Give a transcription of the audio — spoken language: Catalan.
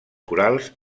corals